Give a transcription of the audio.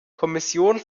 kommission